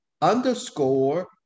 underscore